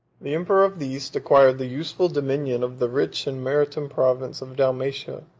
the emperor of the east acquired the useful dominion of the rich and maritime province of dalmatia,